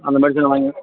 அந்த மெடிஷனை வாங்க